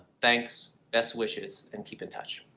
thanks. best wishes and keep in touch.